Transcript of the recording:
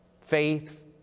faith